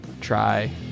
try